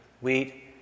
wheat